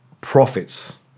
profits